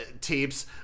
tapes